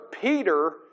Peter